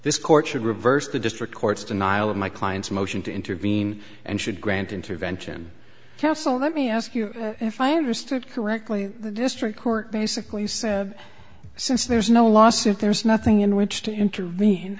this court should reverse the district court's denial of my client's motion to intervene and should grant intervention cassel let me ask you if i understood correctly the district court basically said since there's no lawsuit there's nothing in which to intervene